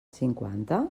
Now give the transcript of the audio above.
cinquanta